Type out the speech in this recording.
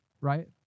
right